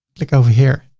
click over here.